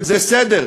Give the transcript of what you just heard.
זה בסדר.